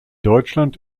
deutschland